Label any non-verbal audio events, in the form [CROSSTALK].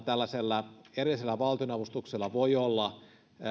[UNINTELLIGIBLE] tällaisella erillisellä valtionavustuksella voi olla